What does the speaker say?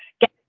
get